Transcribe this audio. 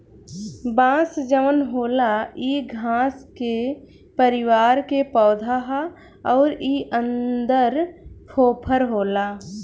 बांस जवन होला इ घास के परिवार के पौधा हा अउर इ अन्दर फोफर होला